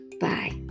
Bye